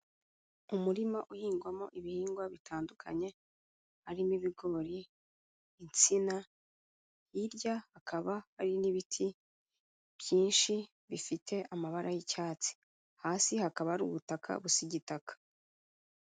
Umurima uhingwamo ibihingwa bitandukanye harimo ibigori, insina, hirya hakaba hari n'ibiti byinshi bifite amabara y'icyatsi. Hasi hakaba hari ubutaka busa igitaka.